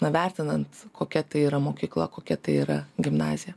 na vertinant kokia tai yra mokykla kokia tai yra gimnazija